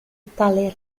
tale